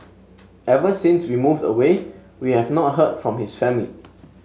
ever since we moved away we have not heard from his family